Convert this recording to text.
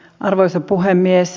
arvoisa puhemies